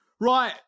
right